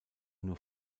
nur